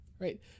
right